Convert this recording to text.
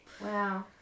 Wow